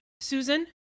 Susan